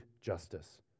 justice